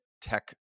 tech